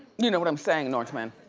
you know what i'm saying, norman?